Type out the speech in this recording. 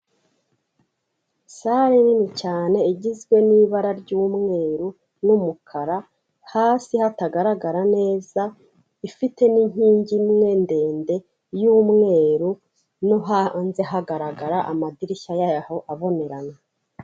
Sale nini cyane igizwe n'ibara ry'umweru n'umukara, hasi hatagaragara neza, ifite n'inkingi imwe ndende y'umweru no hanze hagaragara amadirishya yaho abonerana.